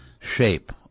shape